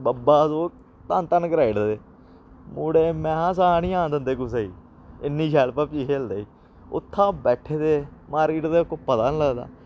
बब्बा त ओह् धन धन कराई ओड़दे मुड़े मैंहां स नी आन दिंदे कुसै गी इन्नी शैल पबजी खेलदे उत्थां बैठे दे मार्किट दे पता निं लगदा